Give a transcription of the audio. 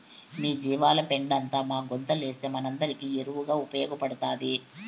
మీ జీవాల పెండంతా మా గుంతలేస్తే మనందరికీ ఎరువుగా ఉపయోగపడతాది